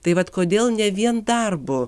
tai vat kodėl ne vien darbu